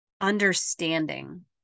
understanding